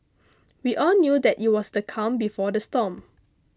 we all knew that it was the calm before the storm